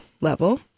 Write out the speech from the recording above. level